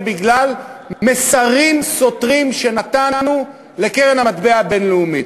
בגלל מסרים סותרים שנתנו לקרן המטבע הבין-לאומית.